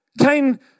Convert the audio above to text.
Cain